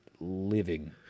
living